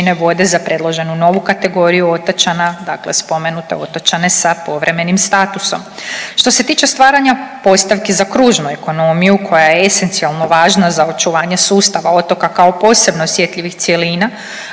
vode za predloženu novu kategoriju otočana, dakle spomenute otočane sa povremenim statusom. Što se tiče stvaranja postavki za kružnu ekonomiju koja je esencijalno važna za očuvanje sustava otoka kao posebno osjetljivih cjelina,